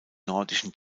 nordischen